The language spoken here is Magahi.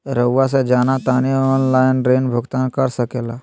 रहुआ से जाना तानी ऑनलाइन ऋण भुगतान कर सके ला?